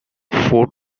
four